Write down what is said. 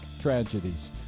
tragedies